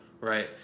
right